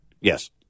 yes